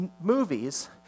movies